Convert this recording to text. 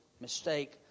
mistake